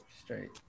Straight